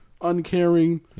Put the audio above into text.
uncaring